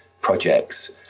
projects